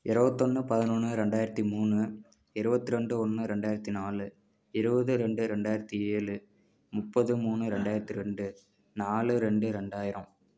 இருபத்தி ஒன்று பதினொன்று ரெண்டாயிரத்தி மூணு இருபத்தி ரெண்டு ஒன்று ரெண்டாயிரத்தி நாலு இருபது ரெண்டு ரெண்டாயிரத்தி ஏழு முப்பது மூணு ரெண்டாயிரத்தி ரெண்டு நாலு ரெண்டு ரெண்டாயிரம்